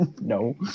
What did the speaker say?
No